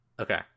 Okay